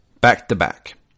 back-to-back